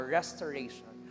restoration